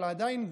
אבל עדיין,